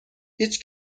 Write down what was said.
هیچ